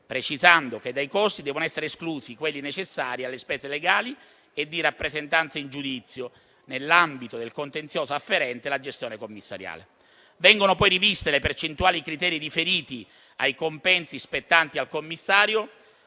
precisando che dai costi devono essere esclusi quelli necessari alle spese legali e di rappresentanza in giudizio nell'ambito del contenzioso afferente alla gestione commissariale. Vengono poi riviste le percentuali e i criteri riferiti ai compensi spettanti al commissario,